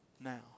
now